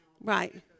right